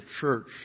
church